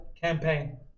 campaign